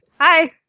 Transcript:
Hi